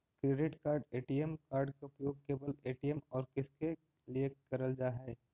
Credit card ATM card के उपयोग केवल ए.टी.एम और किसके के लिए करल जा है?